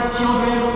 children